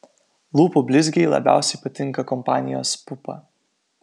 lūpų blizgiai labiausiai patinka kompanijos pupa